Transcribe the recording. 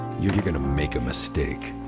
you're gonna make a mistake.